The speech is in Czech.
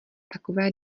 takové